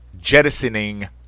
Jettisoning